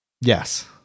Yes